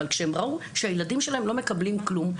אבל כשהם ראו שהילדים שלהם לא מקבלים כלום,